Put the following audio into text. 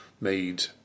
made